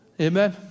Amen